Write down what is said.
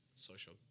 social